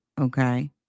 Okay